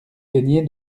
gagner